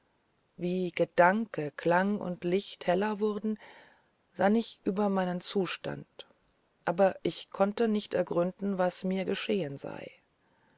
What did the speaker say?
wie gedanke klang und licht heller wurden sann ich über meinen zustand aber ich konnte nicht ergründen was mir geschehen sei